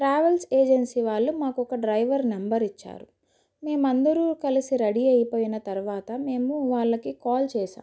travels agency వాళ్ళు మాకు ఒక డ్రైవర్ నెంబర్ ఇచ్చారు మేమందరూ కలిసి రెడీ అయిపోయినా తర్వాత మేము వాళ్ళకి కాల్ చేసాము